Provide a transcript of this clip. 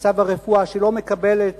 מצב הרפואה, שלא מקבלת